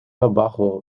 bajo